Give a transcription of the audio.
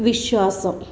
വിശ്വാസം